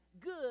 good